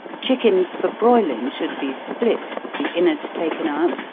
chickens for broiling should be split, the inwards taken out,